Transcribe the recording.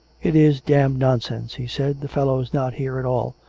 it is damned nonsense, he said the fellow's not here at all.